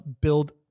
build